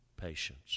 patience